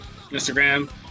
Instagram